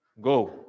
Go